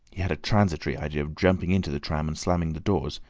he had a transitory idea of jumping into the tram and slamming the doors,